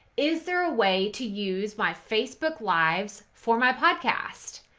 is there a way to use my facebook lives for my podcast?